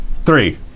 Three